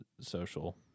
social